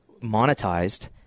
monetized